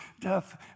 death